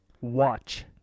Watch